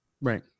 Right